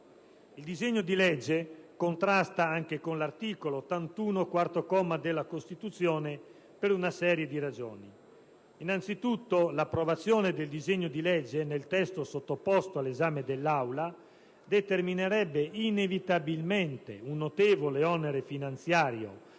il disegno di legge contrasta anche con il quarto comma dell'articolo 81 della Costituzione, per una serie di ragioni. Innanzitutto, l'approvazione del disegno di legge, nel testo sottoposto all'esame dell'Aula, determinerebbe inevitabilmente un notevole onere finanziario